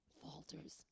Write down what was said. falters